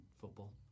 football